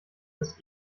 das